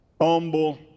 humble